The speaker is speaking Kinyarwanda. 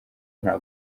nta